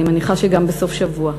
אני מניחה שגם בסוף-שבוע.